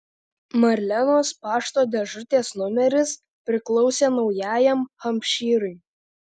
marlenos pašto dėžutės numeris priklausė naujajam hampšyrui